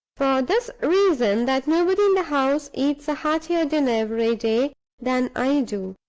for this reason, that nobody in the house eats a heartier dinner every day than i do.